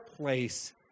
place